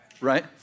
right